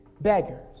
beggars